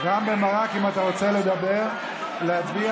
רם בן ברק, אם אתה רוצה להצביע, תצביע.